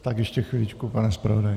Tak ještě chviličku, pane zpravodaji.